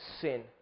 sin